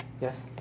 Yes